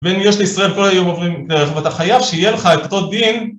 ואם יש לישראל כל היום עוברים דרך, ואתה חייב שיהיה לך את אותו דין